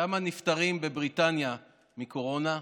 כמה נפטרים בבריטניה מקורונה?